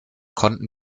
konnten